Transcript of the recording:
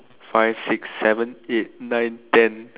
five six seven eight nine ten